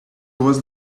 was